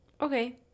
Okay